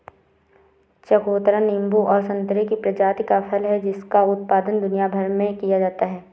चकोतरा नींबू और संतरे की प्रजाति का फल है जिसका उत्पादन दुनिया भर में किया जाता है